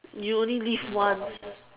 you only live once